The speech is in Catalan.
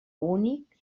únic